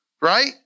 Right